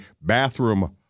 bathroom